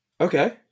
Okay